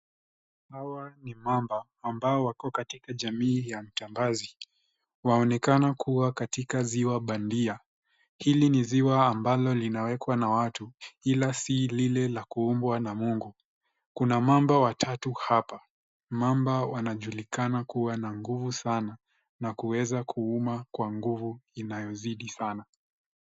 Hawa ni mamba, ambao wako katika jamii ya mtambazi. Waonekana kuwa katika ziwa bandia. Hili ni ziwa ambalo linawekwa na watu, ila si lile la kuumbwa na Mungu. Kuna mamba watatu hapa. Mamba wanajulikana kuwa na nguvu sana, na kuweza kuuma kwa nguvu inayozidi sana.